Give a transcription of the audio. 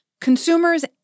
Consumers